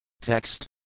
Text